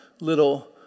little